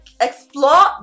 Explore